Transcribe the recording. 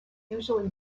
usually